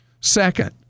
Second